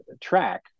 track